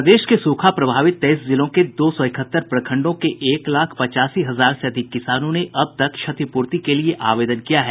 प्रदेश के सूखा प्रभावित तेईस जिलों के दो सौ इकहत्तर प्रखंडों के एक लाख पचासी हजार से अधिक किसानों ने अब तक क्षतिपूर्ति के लिए आवेदन किया है